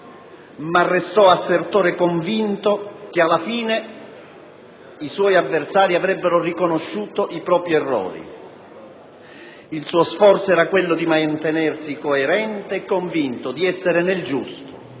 ma restò assertore convinto che alla fine i suoi avversari avrebbero riconosciuto i propri errori. Il suo sforzo era quello di mantenersi coerente e convinto di essere nel giusto: